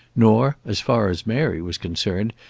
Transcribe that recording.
nor, as far as mary was concerned,